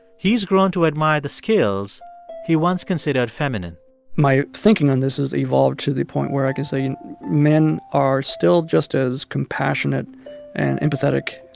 he's grown to admire the skills he once considered feminine my thinking on this has evolved to the point where i can say men are still just as compassionate and empathetic.